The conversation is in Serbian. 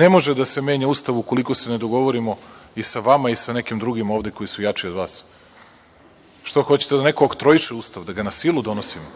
Ne može da se menja Ustav ukoliko se ne dogovorimo i sa vama i sa nekim drugima ovde koji su jači od vas. Što hoćete da neko oktroiše Ustav, da ga na silu donosimo?